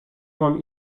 mam